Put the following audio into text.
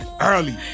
early